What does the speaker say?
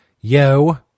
Yo